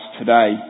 today